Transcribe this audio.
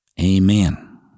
Amen